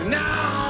now